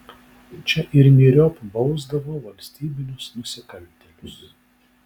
čia ir myriop bausdavo valstybinius nusikaltėlius